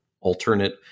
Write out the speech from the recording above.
alternate